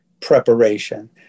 preparation